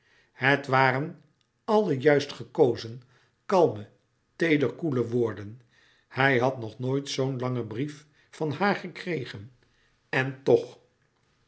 het waren allen juist gekozen kalme teeder koele woorden hij had nog nooit zoo langen brief van haar gekregen en toch